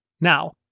Now